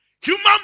human